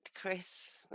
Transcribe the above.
Chris